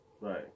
right